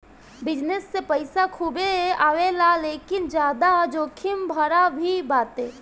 business से पईसा खूबे आवेला लेकिन ज्यादा जोखिम भरा भी बाटे